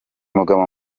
mugabo